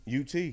UT